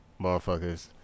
motherfuckers